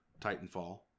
Titanfall